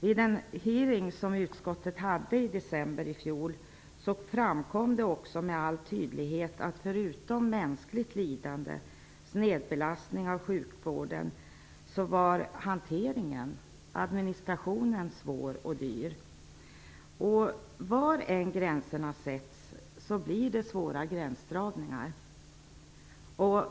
Vid den hearing som utskottet hade i december i fjol framkom med all tydlighet att förutom mänskligt lidande, snedbelastning av sjukvården, var administrationen svår och dyr. Var än gränserna sätts blir det svåra gränsdragningar.